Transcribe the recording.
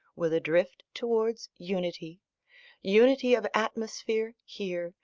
with a drift towards unity unity of atmosphere here,